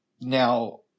Now